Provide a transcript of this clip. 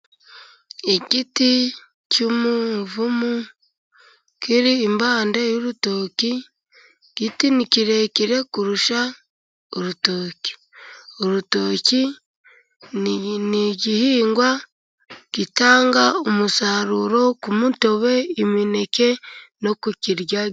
Igiti cy'umuvumu kiri impande y'urutoki, igiti ni kirekire kurusha urutoki. Urutoki ni igihingwa gitanga umusaruro ku mutobe, imineke no kukirya.